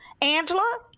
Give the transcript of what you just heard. Angela